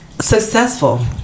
Successful